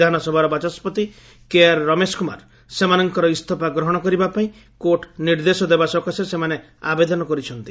ବିଧାନସଭାର ବାଚସ୍କତି କେଆର୍ ରମେଶ କୁମାର ସେମାନଙ୍କର ଇସଫା ଗ୍ରହଣ କରିବା ପାଇଁ କୋର୍ଟ୍ ନିର୍ଦ୍ଦେଶ ଦେବା ସକାଶେ ସେମାନେ ଆବେଦନ କରିଛନ୍ତି